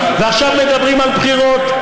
ועכשיו מדברים על בחירות.